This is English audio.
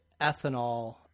ethanol